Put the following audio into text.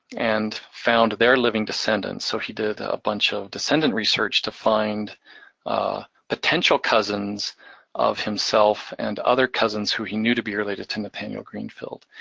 and found their living decedents. so he did a bunch of decedent research to find potential cousins of himself and other cousins who he knew to be related to nathaniel greenfield.